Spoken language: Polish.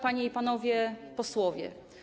Panie i Panowie Posłowie!